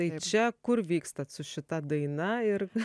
tai čia kur vykstat su šita daina ir